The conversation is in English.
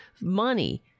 Money